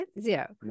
Zero